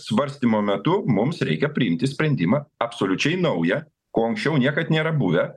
svarstymo metu mums reikia priimti sprendimą absoliučiai naują ko anksčiau niekad nėra buvę